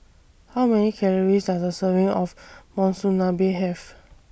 How Many Calories Does A Serving of Monsunabe Have